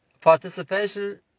participation